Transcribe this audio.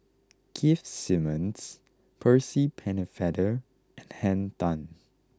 Keith Simmons Percy Pennefather and Henn Tan